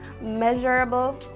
measurable